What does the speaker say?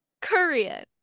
Korean